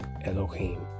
Elohim